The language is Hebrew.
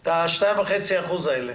את ה-% 2.45 האלה.